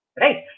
right